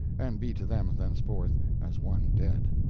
and be to them thenceforth as one dead.